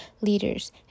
leaders